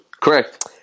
correct